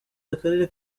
akarere